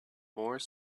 moore